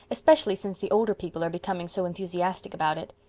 especially since the older people are becoming so enthusiastic about it.